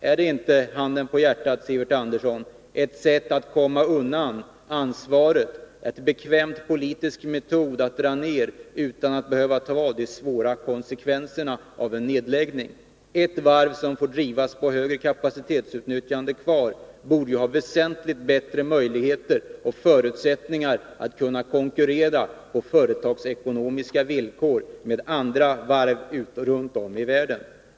Ar inte det, handen på hjärtat Sivert Andersson, ett sätt att komma undan ansvaret, en bekväm politisk metod att dra ned utan att behöva ta de svåra konsekvenserna av en nedläggning? Ett kvarstående varv som får drivas med högre kapacitetsutnyttjande borde ju ha väsentligt bättre möjligheter och större förutsättningar att kunna konkurrera på företagsekonomiska villkor med andra varv runt om i världen.